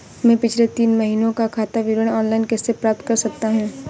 मैं पिछले तीन महीनों का खाता विवरण ऑनलाइन कैसे प्राप्त कर सकता हूं?